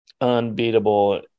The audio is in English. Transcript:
unbeatable